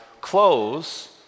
close